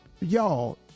y'all